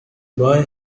boy